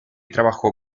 trabajó